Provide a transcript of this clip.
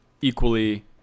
equally